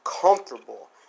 comfortable